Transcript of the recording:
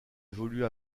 évolue